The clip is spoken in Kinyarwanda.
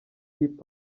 hip